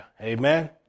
Amen